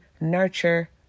nurture